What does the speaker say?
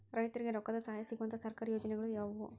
ರೈತರಿಗೆ ರೊಕ್ಕದ ಸಹಾಯ ಸಿಗುವಂತಹ ಸರ್ಕಾರಿ ಯೋಜನೆಗಳು ಯಾವುವು?